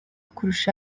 kurusha